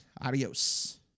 adios